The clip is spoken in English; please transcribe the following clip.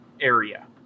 area